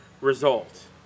result